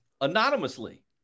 anonymously